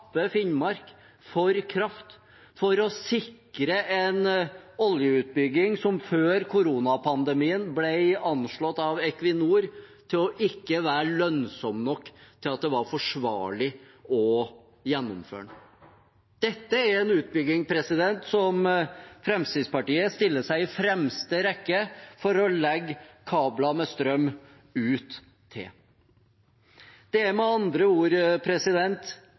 Finnmark for kraft for å sikre en oljeutbygging som før koronapandemien ble anslått av Equinor til ikke å være lønnsom nok til at det var forsvarlig å gjennomføre. Dette er en utbygging som Fremskrittspartiet stiller seg i fremste rekke for å legge kabler med strøm ut til. Det er med andre ord